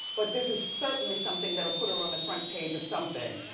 but this is certainly something that'll put her on the front page of something. yeah.